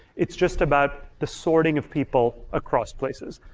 it's just about the sorting of people across places.